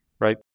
right